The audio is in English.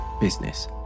business